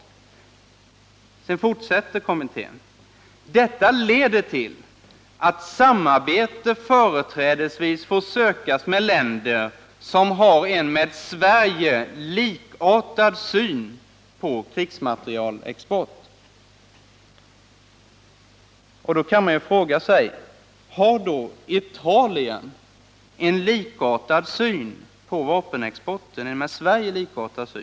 Och kommittén fortsätter med att säga att detta leder till att samarbete företrädesvis får sökas med länder som har en med Sverige likartad syn på krigsmaterielexport. Då kan man fråga sig: Har Italien en med Sverige likartad syn på vapenexporten?